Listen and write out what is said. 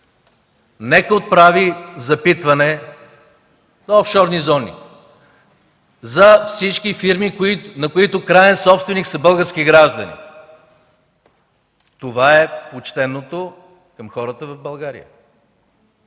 нека отправи запитване до офшорни зони за всички фирми, на които краен собственик са български граждани. Това е почтеното към хората в България.